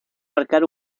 marcar